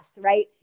right